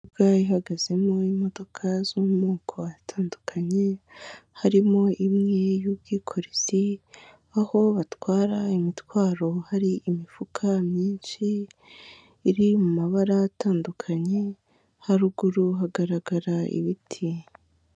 Ihagazemo imodoka z'amoko atandukanye, harimo imwe y'ubwikorezi aho batwara imitwaro hari imifuka myinshi iri mu mabara atandukanye, haruguru hagaragara ibiti.